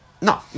No